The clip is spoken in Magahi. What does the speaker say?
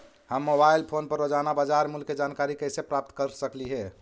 हम मोबाईल फोन पर रोजाना बाजार मूल्य के जानकारी कैसे प्राप्त कर सकली हे?